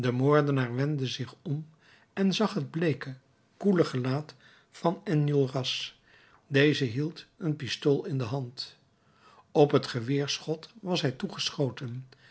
moordenaar wendde zich om en zag het bleeke koele gelaat van enjolras deze hield een pistool in de hand op het geweerschot was hij toegeschoten